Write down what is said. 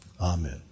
Amen